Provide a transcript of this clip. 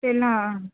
ते हां